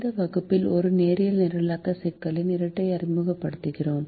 இந்த வகுப்பில் ஒரு நேரியல் நிரலாக்க சிக்கலின் இரட்டை அறிமுகப்படுத்துகிறோம்